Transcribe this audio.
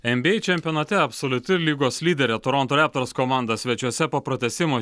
nba čempionate absoliuti lygos lyderė toronto raptors komanda svečiuose po pratęsimo